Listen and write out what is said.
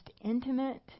intimate